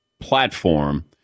platform